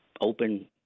Open